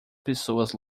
pessoas